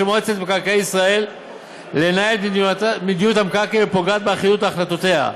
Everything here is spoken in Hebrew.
מועצת מקרקעי ישראל לנהל את מדיניות המקרקעין הפוגעת באחידות החלטותיה.